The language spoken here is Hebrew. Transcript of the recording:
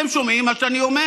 אתם שומעים מה שאני אומר?